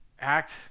act